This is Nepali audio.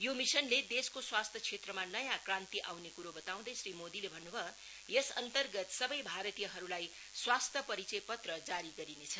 यो मिसनले देशको स्वास्थ्य क्षेत्रमा नयाँ क्रान्ति आउने कुरो बताउँदै श्री मोदीले भन्नु भयो यस अन्तर्गत सबै भारतीयहरुलाई स्वास्थ्य परिचयपत्र जारी गरिनेछ